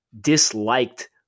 disliked